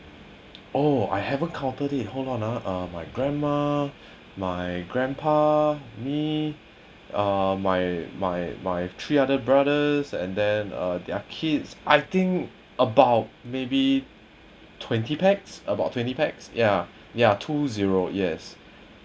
oh I haven't counted it hold on ah uh my grandma my grandpa me uh my my my three other brothers and then uh their kids I think about maybe twenty pax about twenty pax ya ya two zero yes